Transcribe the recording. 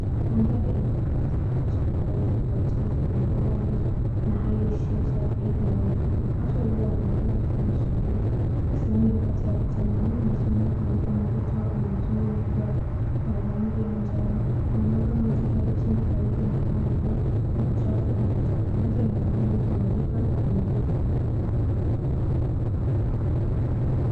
Mandhari ya eneo la wazi labda shamba au eneo la ujenzi wenye udongo mwingi na hali isiyo safi linaonekana. Watu wawili wanaonekana wakifanya shughuli. Katika sehemu kati ya picha, mwanaume amesimama akimwaga maji kutoka kwenye mtungi mkubwa wa rangi ya njano. Anamwaga maji hayo chini karibu na eneo lililo na uchafu au matope. Maji yanaonekana yakimwagika kwa nguvu.